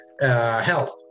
health